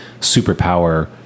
superpower